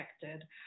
protected